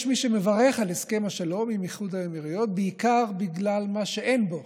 יש מי שמברך על הסכם השלום עם איחוד האמירויות בעיקר בגלל מה שאין בו,